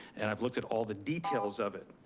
and i've looked at all the details of it.